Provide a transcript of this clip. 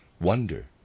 wonder